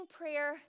prayer